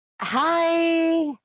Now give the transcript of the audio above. hi